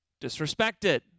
Disrespected